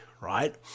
right